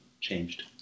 changed